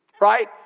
Right